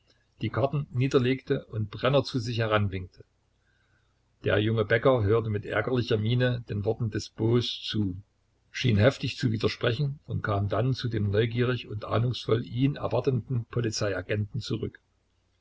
die karten niederlegte und brenner zu sich heranwinkte der junge bäcker hörte mit ärgerlicher miene den worten des booß zu schien heftig zu widersprechen und kam dann zu dem neugierig und ahnungsvoll ihn erwartenden polizeiagenten zurück